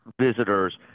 visitors